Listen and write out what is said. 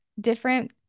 different